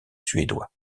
suédois